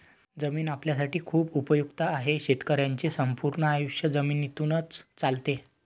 जमीन आपल्यासाठी खूप उपयुक्त आहे, शेतकऱ्यांचे संपूर्ण आयुष्य जमिनीतूनच चालते